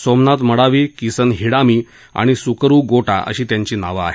सोमनाथ मडावी किसन हिडामी आणि सुकरु गोटाअशी त्यांची नावं आहेत